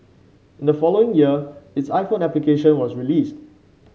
in the following year its iPhone application was released